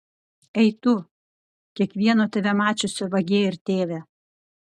ei tu kiekvieno tave mačiusio vagie ir tėve